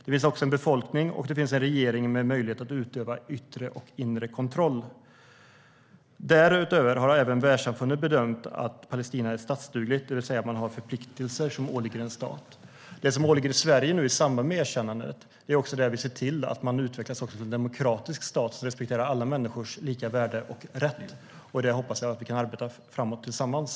Det finns en befolkning, och det finns en regering med möjlighet att utöva yttre och inre kontroll. Därutöver har världssamfundet bedömt att Palestina är statsdugligt, det vill säga att man har förpliktelser som åligger en stat. Det som nu åligger Sverige i samband med erkännandet är att se till att Palestina utvecklas till en demokratisk stat som respekterar alla människors lika värde och rätt. Det hoppas jag att vi kan arbeta med framåt tillsammans.